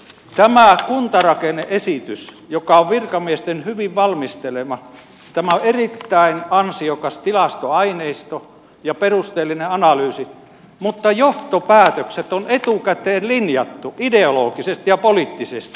tämä kuntarakenne esitys joka on virkamiesten hyvin valmistelema on erittäin ansiokas tilastoaineisto ja perusteellinen analyysi mutta johtopäätökset tässä kuntarakennemuutoksessa on etukäteen linjattu ideologisesti ja poliittisesti